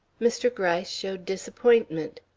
mr. gryce showed disappointment.